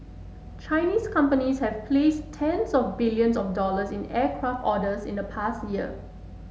Chinese companies have placed tens of billions of dollars in aircraft orders in the past year